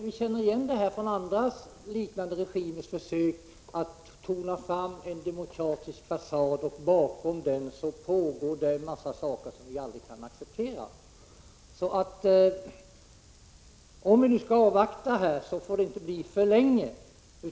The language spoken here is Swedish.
Vi känner igen dem från andra, liknande regimers försök att tona fram en demokratisk fasad, medan det bakom denna pågår saker som vi aldrig kan acceptera. Om vi nu skall avvakta, får det inte bli för länge.